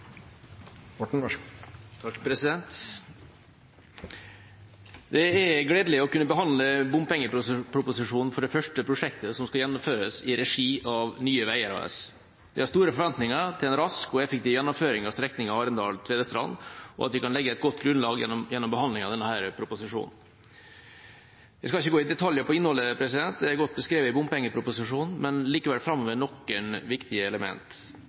gledelig å kunne behandle bompengeproposisjonen for det første prosjektet som skal gjennomføres i regi av Nye Veier AS. Vi har store forventninger til en rask og effektiv gjennomføring av strekningen Arendal–Tvedestrand, og at vi kan legge et godt grunnlag gjennom behandlingen av denne proposisjonen. Jeg skal ikke gå i detaljer på innholdet, det er godt beskrevet i bompengeproposisjonen, men vil likevel framheve noen viktige